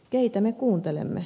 keitä me kuuntelemme